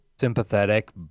sympathetic